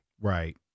Right